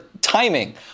timing